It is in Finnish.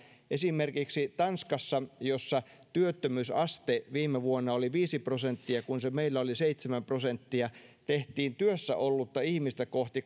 esimerkiksi tanskassa jossa työttömyysaste viime vuonna oli viisi prosenttia kun se meillä oli seitsemän prosenttia tehtiin työssä ollutta ihmistä kohti